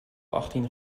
achttien